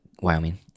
Wyoming